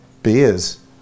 Beers